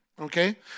Okay